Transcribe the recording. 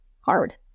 hard